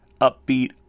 upbeat